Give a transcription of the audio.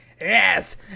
Yes